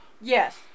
Yes